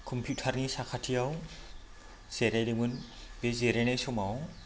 कम्पिटारनि साखाथियाव जिरायदोंमोन बे जिरायनाय समाव